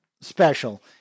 special